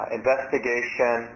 investigation